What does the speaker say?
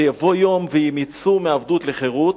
שיבוא יום והם יצאו מעבדות לחירות,